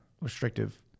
restrictive